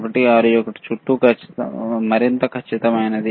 161 దగ్గర మరింత ఖచ్చితమైనది